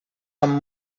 amb